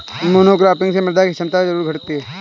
monocropping से मृदा की क्षमता जरूर घटती है